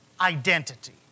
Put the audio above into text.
identity